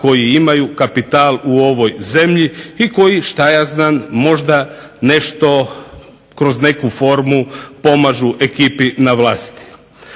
koji imaju kapital u ovoj zemlji i koji možda nešto kroz neku formu pomažu ekipi na vlasti.